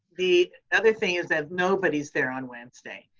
the other thing is that nobody's there on wednesday.